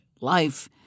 life